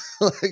like-